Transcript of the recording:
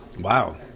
Wow